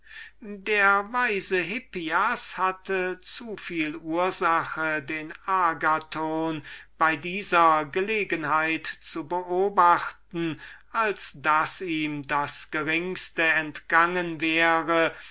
der weise hippias hatte zuviel ursache den agathon bei dieser gelegenheit zu beobachten als daß ihm das geringste entgangen wäre